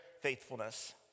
faithfulness